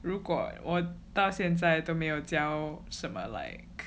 如果我到现在都没有交什么 like